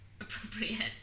appropriate